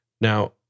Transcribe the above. Now